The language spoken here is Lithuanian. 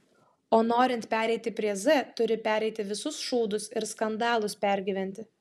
o norint pereiti prie z turi pereiti visus šūdus ir skandalus pergyventi